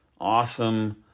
awesome